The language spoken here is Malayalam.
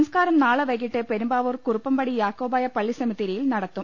സംസ്കാരം നാളെ വൈകീട്ട് പെരുമ്പാവൂർ കുറുപ്പംപടി യാക്കോബായ പള്ളി സെമിത്തേരിയിൽ നടത്തും